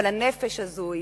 אבל הנפש הזאת,